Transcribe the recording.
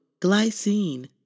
Glycine